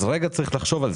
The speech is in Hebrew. אז רגע צריך לחשוב על זה.